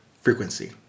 frequency